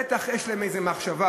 בטח יש להם איזו מחשבה,